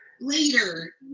later